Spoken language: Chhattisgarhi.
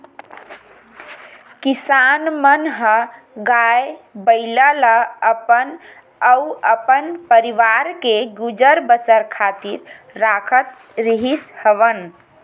किसान मन ह गाय, बइला ल अपन अउ अपन परवार के गुजर बसर खातिर राखत रिहिस हवन